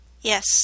yes